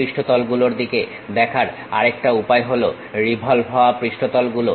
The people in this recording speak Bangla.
পৃষ্ঠতল গুলোর দিকে দেখার আরেকটা উপায় হলো রিভলভ হওয়া পৃষ্ঠতল গুলো